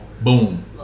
Boom